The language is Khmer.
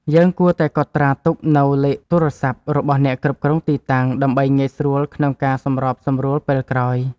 យើងគួរតែកត់ត្រាទុកនូវលេខទូរសព្ទរបស់អ្នកគ្រប់គ្រងទីតាំង ដើម្បីងាយស្រួលក្នុងការសម្របសម្រួលពេលក្រោយ។